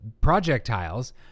projectiles